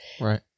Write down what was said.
right